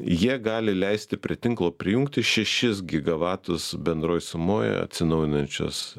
jie gali leisti prie tinklo prijungti šešis gigavatus bendroj sumoje atsinaujinančios